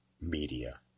media